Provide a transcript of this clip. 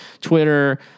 Twitter